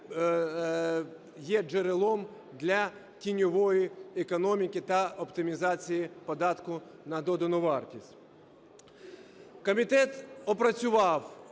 є джерелом для тіньової економіки та оптимізації податку на додану вартість. Комітет опрацював